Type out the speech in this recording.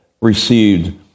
received